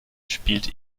spielt